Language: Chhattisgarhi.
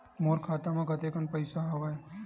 मोर खाता म कतेकन पईसा हवय?